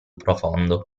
profondo